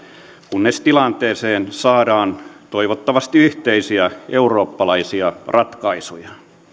kunnes tilanteeseen saadaan toivottavasti yhteisiä eurooppalaisia ratkaisuja